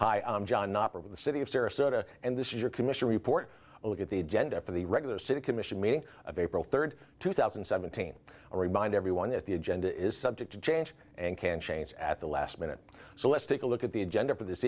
hi i'm john of the city of sarasota and this is your commission report a look at the agenda for the regular city commission meeting of april third two thousand and seventeen remind everyone that the agenda is subject to change and can change at the last minute so let's take a look at the agenda for this